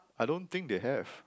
I don't think they have